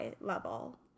level